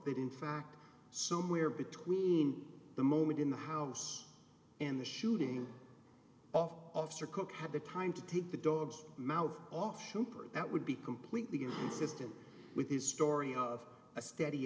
that in fact somewhere between the moment in the house and the shooting off officer cook had the time to take the dog's mouth off super that would be completely consistent with his story of a steady